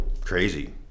crazy